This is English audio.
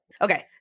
okay